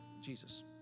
Jesus